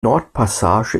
nordpassage